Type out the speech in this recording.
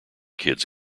kids